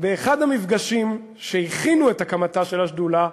באחד המפגשים שהכינו את הקמתה של השדולה,